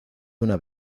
una